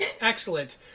Excellent